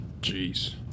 Jeez